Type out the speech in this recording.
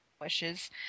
wishes